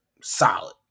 solid